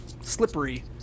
slippery